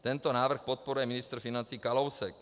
Tento návrh podporuje ministr financí Kalousek.